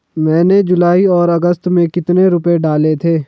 मैंने जुलाई और अगस्त में कितने रुपये डाले थे?